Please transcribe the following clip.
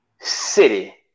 city